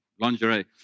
lingerie